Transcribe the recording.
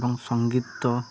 ଏବଂ ସଙ୍ଗୀତ